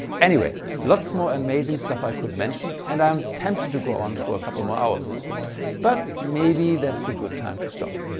anyway lots more amazing stuff i could mention and i'm tempted to go on for a couple more hours but maybe that's a good time to stop.